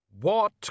What